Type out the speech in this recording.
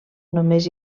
només